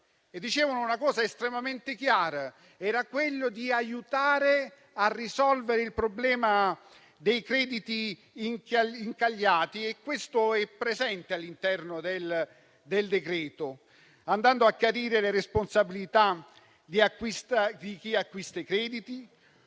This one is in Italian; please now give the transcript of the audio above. dicevano una cosa estremamente chiara, ossia chiedevano di aiutare a risolvere il problema dei crediti incagliati. Questa misura è presente all'interno del provvedimento, chiarendo le responsabilità di chi acquista i crediti,